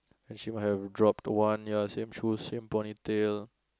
and she might have dropped one ya same shoes same ponytail